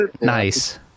Nice